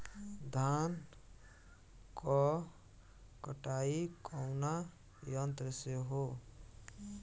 धान क कटाई कउना यंत्र से हो?